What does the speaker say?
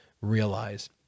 realize